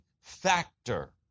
factor